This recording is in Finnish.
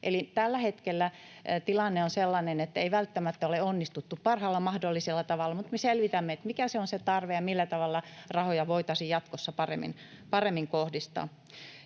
sellainen, että ei välttämättä ole onnistuttu parhaalla mahdollisella tavalla, mutta me selvitämme, mikä on se tarve ja millä tavalla rahoja voitaisiin jatkossa paremmin kohdistaa.